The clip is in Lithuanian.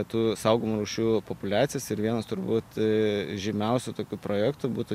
tų saugomų rūšių populiacijas ir vienas turbūt žymiausių tokių projektų būtų